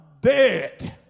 dead